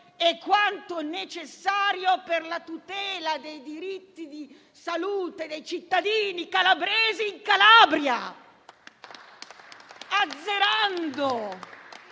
e quanto necessario per la tutela dei diritti di salute dei cittadini calabresi in Calabria